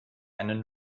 eine